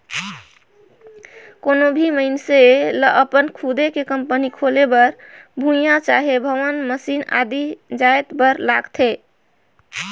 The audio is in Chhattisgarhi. कोनो भी मइनसे लअपन खुदे के कंपनी खोले बर भुंइयां चहे भवन, मसीन आदि जाएत बर लागथे